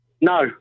No